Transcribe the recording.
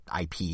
IP